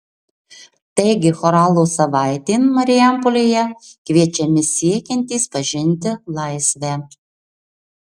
taigi choralo savaitėn marijampolėje kviečiami siekiantys pažinti laisvę